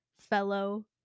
fellow